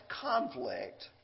conflict